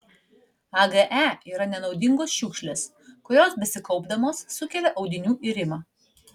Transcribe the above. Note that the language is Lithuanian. age yra nenaudingos šiukšlės kurios besikaupdamos sukelia audinių irimą